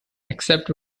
except